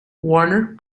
warner